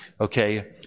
okay